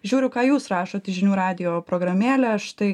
žiūriu ką jūs rašot į žinių radijo programėlę štai